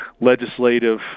legislative